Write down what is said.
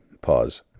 Pause